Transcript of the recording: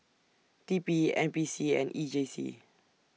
T P N P C and E J C